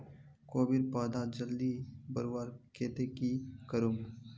कोबीर पौधा जल्दी बढ़वार केते की करूम?